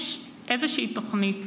יש איזושהי תוכנית